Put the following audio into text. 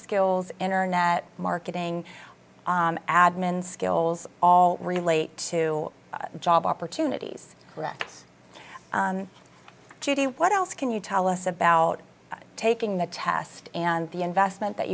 skills internet marketing admin skills all relate to job opportunities that judy what else can you tell us about taking the test and the investment that